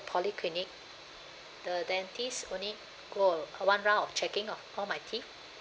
polyclinic the dentist only go one round of checking of all my teeth